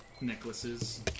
necklaces